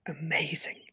amazing